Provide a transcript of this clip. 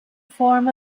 form